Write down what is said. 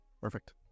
Perfect